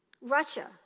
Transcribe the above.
Russia